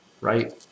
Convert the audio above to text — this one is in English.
Right